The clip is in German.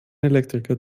elektriker